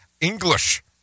English